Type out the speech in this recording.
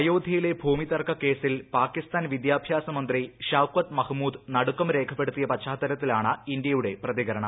അയോധൃയിലെ ഭൂമിതർക്ക കേസിൽ പാകിസ്ഥാൻ വിദ്യാഭ്യാസ മന്ത്രി ഷൌക്കത്ത് മഹ്മൂദ് നടുക്കം രേഖപ്പെടുത്തിയ പശ്ചാത്തലത്തിലാണ് ഇന്ത്യയുടെ പ്രതികരണം